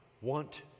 want